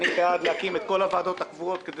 אני בעד להקים את כל הוועדות הקבועות כדי